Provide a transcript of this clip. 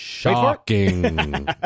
Shocking